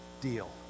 deal